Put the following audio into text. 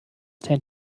tend